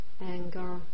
anger